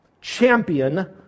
champion